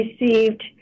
received